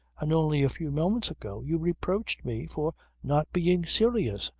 and only a few moments ago you reproached me for not being serious.